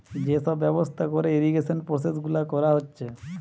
যে সব ব্যবস্থা কোরে ইরিগেশন প্রসেস গুলা কোরা হচ্ছে